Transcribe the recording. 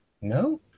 No